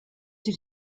did